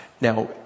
Now